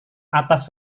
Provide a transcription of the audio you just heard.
atas